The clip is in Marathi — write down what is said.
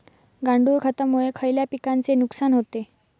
गांडूळ खतामुळे खयल्या पिकांचे नुकसान होते?